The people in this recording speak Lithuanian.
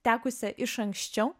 tekusią iš anksčiau